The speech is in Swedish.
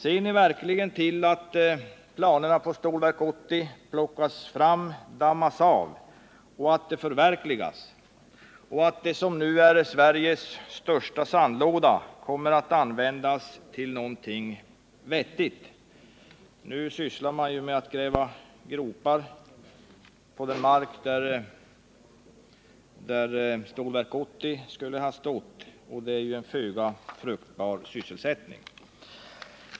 Ser ni verkligen till att planerna på Stålverk 80 plockas fram, dammas av och förverkligas, så att det som nu är Sveriges största sandlåda kommer att användas till något vettigt? Nu sysslar man ju med att gräva gropar på den mark där Stålverk 80 skulle ha stått, och det är en föga fruktbar sysselsättning.